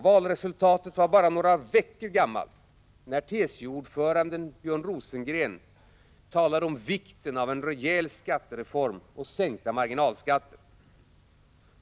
Valresultatet var bara några veckor gammalt när TCO-ordföranden Björn Rosengren talade om vikten av en rejäl skattereform och sänkta marginalskatter.